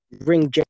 ring